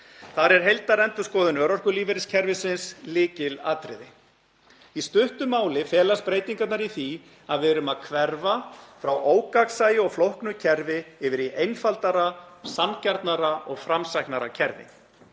Þar er heildarendurskoðun örorkulífeyriskerfisins lykilatriði. Í stuttu máli felast breytingarnar í því að við erum að hverfa frá ógagnsæju og flóknu kerfi yfir í einfaldara, sanngjarnara og framsæknara kerfi.